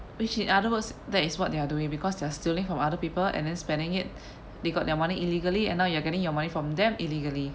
which in other words that is what they are doing because they are stealing from other people and then spending it they got their money illegally and now you are getting your money from them illegally